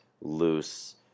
loose